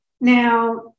Now